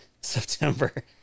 september